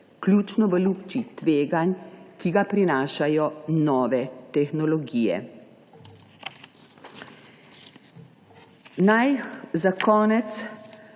ključno v luči tveganj, ki ga prinašajo nove tehnologije. Kot sem